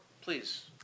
Please